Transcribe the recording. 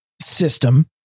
system